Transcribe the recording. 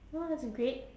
!wah! that's great